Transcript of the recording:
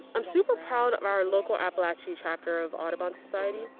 i'm super proud of our local apalachee chapter of audubon society.